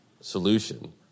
solution